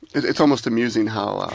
it's almost amusing how